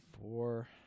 four